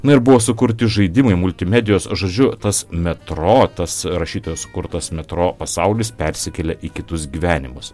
na ir buvo sukurti žaidimai multimedijos žodžiu tas metro tas rašytojo sukurtas metro pasaulis persikėlė į kitus gyvenimus